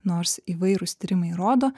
nors įvairūs tyrimai rodo